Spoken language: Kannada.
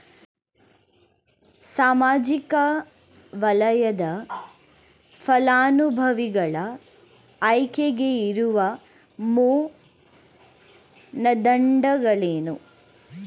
ಸಾಮಾಜಿಕ ವಲಯದ ಫಲಾನುಭವಿಗಳ ಆಯ್ಕೆಗೆ ಇರುವ ಮಾನದಂಡಗಳೇನು?